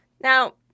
Now